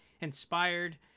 inspired